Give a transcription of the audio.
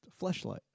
Fleshlight